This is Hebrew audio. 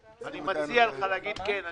אני מציע לך להגיד כן.